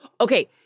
Okay